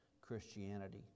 Christianity